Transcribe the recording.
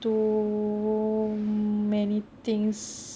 too many things